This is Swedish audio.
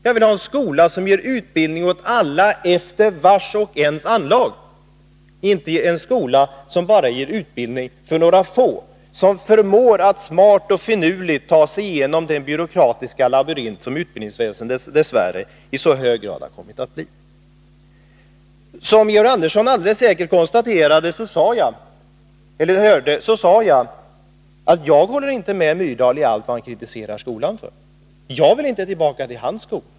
Jag vill ha en skola som ger utbildning åt alla efter vars och ens anlag, inte en skola som bara ger utbildning för några få som förmår att smart och finurligt ta sig igenom den byråkratiska labyrint som utbildningsväsendet dess värre i så hög grad har kommit att bli. Som Georg Andersson alldeles säkert hörde, sade jag att jag inte håller med Gunnar Myrdal i all hans kritik av skolan. Jag vill inte tillbaka till hans skola.